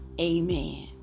Amen